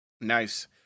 Nice